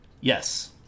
Yes